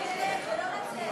עדכון קצבת